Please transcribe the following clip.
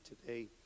today